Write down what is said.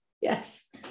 yes